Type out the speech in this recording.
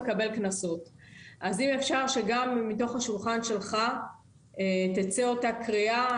אם אפשר שגם מהשולחן שלך תצא אותה קריאה.